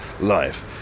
life